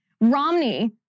Romney